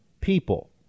people